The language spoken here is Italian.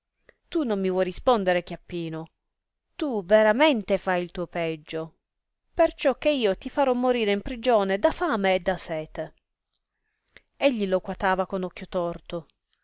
tu non mi vuoi rispondere chiappino tu veramente fai il tuo peggio perciò che io ti farò morire in prigione da fame e da sete egli lo guatava con occhio torto